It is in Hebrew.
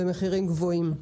במחירים גבוהים.